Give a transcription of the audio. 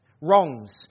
wrongs